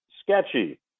sketchy